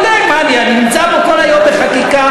אני נמצא פה כל היום בחקיקה,